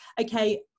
okay